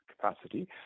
capacity